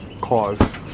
cause